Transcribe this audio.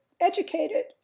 educated